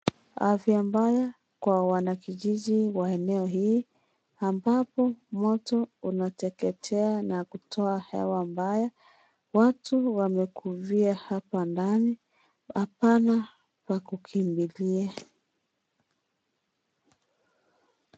Afya mbaya ya wanakijiji wa eneo hii, ambapo moto unateketea na kutoa hewa mbaya watu wamekufia hapa ndani hapana pa kukimbilia.